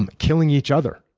um killing each other,